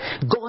God